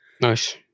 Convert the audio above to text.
Nice